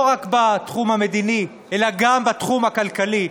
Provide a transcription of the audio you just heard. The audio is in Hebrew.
לא רק בתחום המדיני אלא גם בתחום הכלכלי,